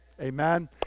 Amen